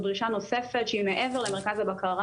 זאת דרישה נוספת, שהיא מעבר למרכז הבקרה.